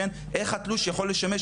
איך התלוש יכול לשמש,